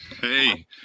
Hey